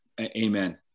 amen